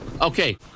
Okay